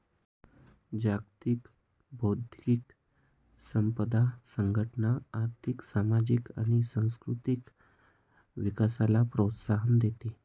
जागतिक बौद्धिक संपदा संघटना आर्थिक, सामाजिक आणि सांस्कृतिक विकासाला प्रोत्साहन देते